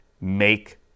make